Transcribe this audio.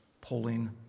pulling